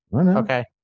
Okay